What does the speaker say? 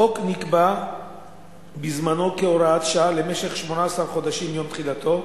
החוק נקבע בזמנו כהוראת שעה למשך 18 חודשים מיום תחילתו,